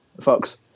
Fox